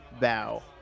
bow